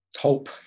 Hope